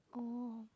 oh